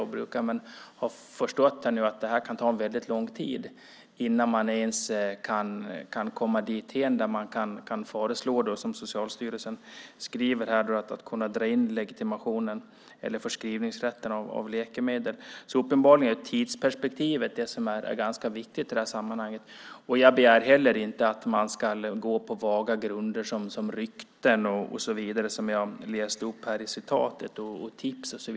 Men jag har nu förstått att det kan ta väldigt lång tid innan man ens kan komma dithän att man kan föreslå, som Socialstyrelsen skriver, att legitimationen eller förskrivningsrätten av läkemedel ska dras in. Uppenbarligen är tidsperspektivet ganska viktigt i det här sammanhanget. Jag begär heller inte att man ska gå på vaga grunder som rykten, som jag läste upp i citatet, och tips.